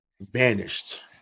Banished